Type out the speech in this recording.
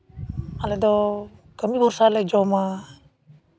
ᱟᱞᱮᱫᱚ ᱠᱟᱹᱢᱤ ᱵᱷᱚᱨᱥᱟ ᱞᱮ ᱡᱚᱢᱟ